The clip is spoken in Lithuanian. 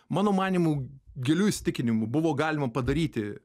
mano manymu giliu įsitikinimu buvo galima padaryti